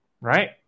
right